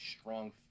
strong